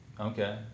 Okay